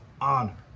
honor